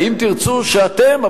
האם תרצו שאתם,